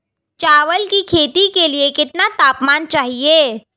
चावल की खेती के लिए कितना तापमान चाहिए?